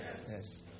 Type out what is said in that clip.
Yes